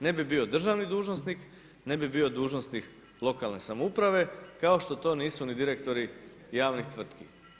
Ne bi bio državni dužnosnik, ne bi bio dužnosnik lokalne samouprave kao što nisu ni direktori javnih tvrtki.